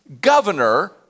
governor